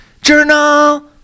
journal